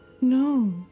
no